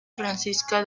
francisca